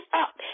up